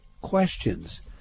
questions